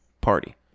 party